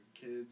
kids